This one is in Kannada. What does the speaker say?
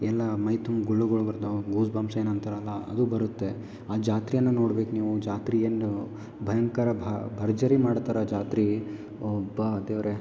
ಎಲ್ಲಾ ಮೈ ತುಂಬ ಗುಳ್ಳೆಗಳು ಬರ್ತಾವ ಗೂಸ್ಬಂಬ್ಸ್ ಏನು ಅಂತಾರಲ್ಲಾ ಅದು ಬರುತ್ತೆ ಆ ಜಾತ್ರೆಯನ್ನು ನೋಡ್ಬೇಕು ನೀವು ಜಾತ್ರೆ ಎಲ್ಲಿ ಭಯಂಕರ ಭ ಭರ್ಜರಿ ಮಾಡ್ತಾರೆ ಜಾತ್ರಿ ಹಬ್ಬ ದೇವ್ರೆ